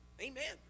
Amen